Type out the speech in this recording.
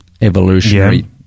evolutionary